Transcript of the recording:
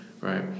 right